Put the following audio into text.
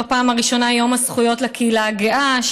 בפעם הראשונה יום הזכויות לקהילה הגאה,